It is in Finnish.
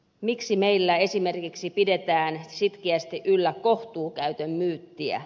miksi meillä esimerkiksi pidetään sitkeästi yllä kohtuukäytön myyttiä